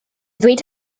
ddweud